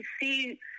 see